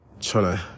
trying